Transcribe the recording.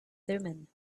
thummim